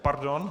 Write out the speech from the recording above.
Pardon?